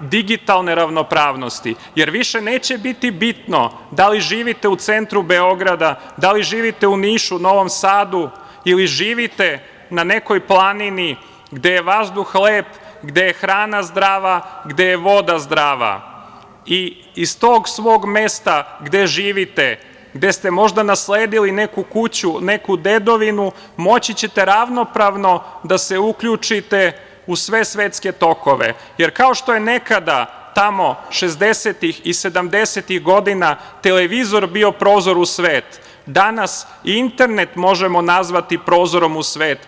digitalne ravnopravnosti, jer više neće biti bitno da li živite u centru Beograda, da li živite u Nišu, Novom Sadu ili živite na nekoj planini, gde je vazduh lep, gde je hrana zdrava, gde je voda zdrava i iz tog svog mesta gde živite, gde ste možda nasledili neku kuću, neku dedovinu, moći ćete ravnopravno da se uključite u sve svetske tokove, jer kao što je nekada tamo šezdesetih i sedamdesetih godina televizor bio prozor u svet, danas internet možemo nazvati prozorom u svetu.